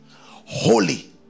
holy